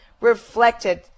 reflected